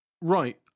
Right